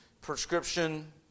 prescription